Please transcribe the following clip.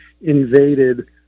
invaded